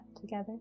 together